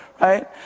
right